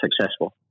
successful